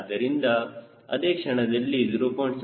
ಆದ್ದರಿಂದ ಅದೇ ಕ್ಷಣದಲ್ಲಿ 0